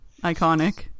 iconic